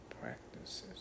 practices